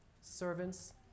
servants